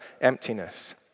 emptiness